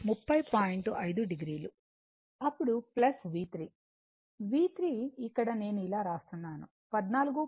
5 o అప్పుడు V3 V3 ఇక్కడ నేను ఇలా వ్రాస్తున్నాను 14